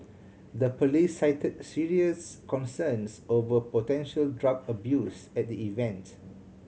the police cited serious concerns over potential drug abuse at the event